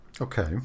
Okay